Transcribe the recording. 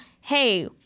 hey—